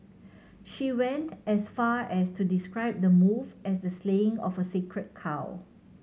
she went as far as to describe the move as the slaying of a sacred cow